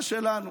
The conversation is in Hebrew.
בטאבו זה שלנו,